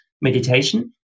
meditation